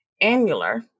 annular